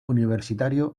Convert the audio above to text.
universitario